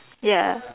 ya